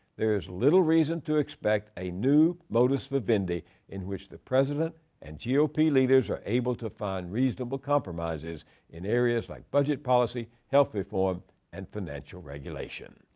there is little reason to expect a new modus vivendi in which the president and yeah ah gop leaders are able to find reasonable compromises in areas like budget policy, health reform and financial regulation.